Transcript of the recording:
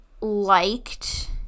liked